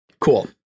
Cool